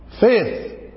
Faith